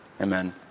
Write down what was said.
Amen